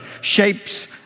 shapes